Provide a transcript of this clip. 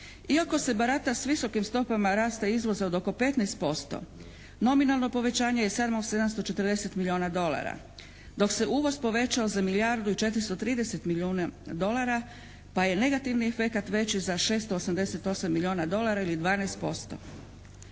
Iako se barata s visokim stopama rasta izvoza od oko 15%, nominalno povećanje je samo 740 milijuna dolara dok se uvoz povećao za milijardu i 430 milijuna dolara pa je negativni efekat veći za 688 milijuna dolara ili 12%.